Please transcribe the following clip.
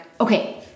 okay